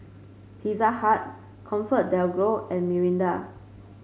Pizza Hut ComfortDelGro and Mirinda